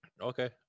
Okay